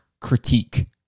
critique